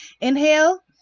Inhale